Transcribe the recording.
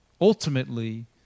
ultimately